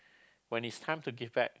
when it's time to give back